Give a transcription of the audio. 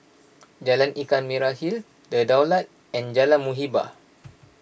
Jalan Ikan Merah Hill the Daulat and Jalan Muhibbah